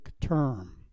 term